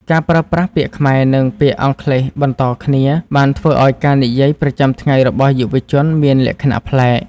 ការប្រើប្រាស់ពាក្យខ្មែរនិងពាក្យអង់គ្លេសបន្តគ្នាបានធ្វើឱ្យការនិយាយប្រចាំថ្ងៃរបស់យុវជនមានលក្ខណៈប្លែក។